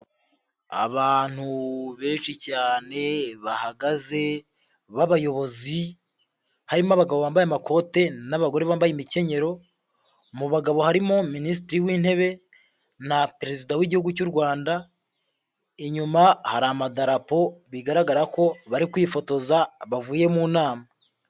Abantu benshi cyane bahagaze b'abayobozi, harimo abagabo bambaye amakote n'abagore bambaye imkenyero, mu bagabo harimo Minisitiri w'Intebe na Perezida w'Igihugu cy'u Rwanda, inyuma hari amadarapo bigaragara ko bari kwifotoza bavuye mu nama.